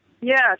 Yes